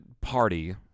party